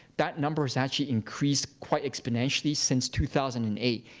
that number has actually increased quite exponentially since two thousand and eight.